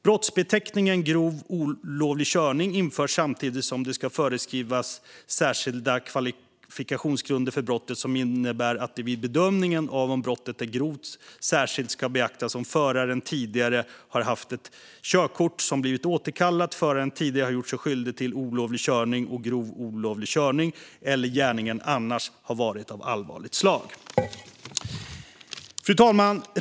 Brottsbeteckningen grov olovlig körning införs samtidigt som det ska föreskrivas särskilda kvalifikationsgrunder för brottet som innebär att det vid bedömningen av om brottet är grovt särskilt ska beaktas om föraren tidigare har haft ett körkort som blivit återkallat, föraren tidigare har gjort sig skyldig till olovlig körning eller grov olovlig körning eller gärningen annars har varit av allvarligt slag. Fru talman!